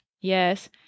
yes